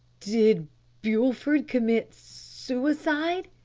did bulford commit suicide?